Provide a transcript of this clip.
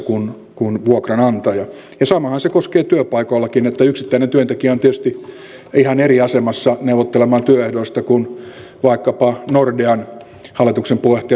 ja samahan se pätee työpaikoillakin että yksittäinen työntekijä on tietysti ihan eri asemassa neuvottelemaan työehdoista kuin vaikkapa nordean hallituksen puheenjohtaja björn wahlroos